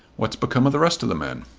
what's become of the rest of the men?